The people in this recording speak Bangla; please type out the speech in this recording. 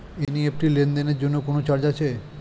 এন.ই.এফ.টি লেনদেনের জন্য কোন চার্জ আছে?